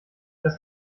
das